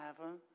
heaven